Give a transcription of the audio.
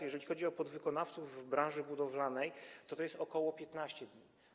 Jeżeli chodzi o podwykonawców w branży budowlanej, to jest to ok. 15 dni.